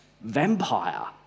Vampire